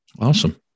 Awesome